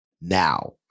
now